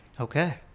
okay